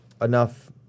Enough